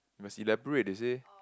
must elaborate they say